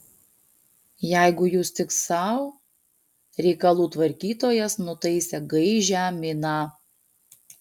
jeigu jūs tik sau reikalų tvarkytojas nutaisė gaižią miną